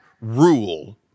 rule